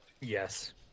Yes